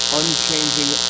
unchanging